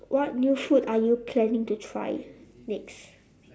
what new food are you planning to try next